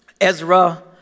Ezra